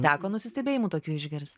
teko nusistebėjimų tokiu išgirst